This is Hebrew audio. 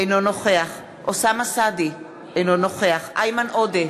אינו נוכח אוסאמה סעדי, אינו נוכח איימן עודה,